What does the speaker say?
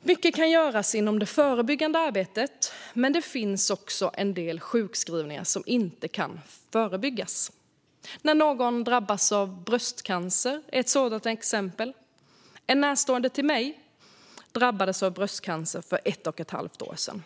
Mycket kan göras inom det förebyggande arbetet, men det finns en del sjukskrivningar som inte kan förebyggas. När någon drabbas av bröstcancer är ett sådant exempel. En närstående till mig drabbades av bröstcancer för ett och ett halvt år sedan.